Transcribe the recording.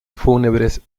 fúnebres